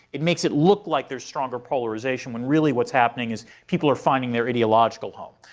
it makes it look like there's stronger polarization when really what's happening is people are finding their ideological home.